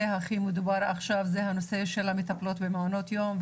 הכי מדובר עכשיו וזה הנושא של המטפלות במעונות היום,